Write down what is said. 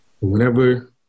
Whenever